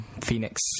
Phoenix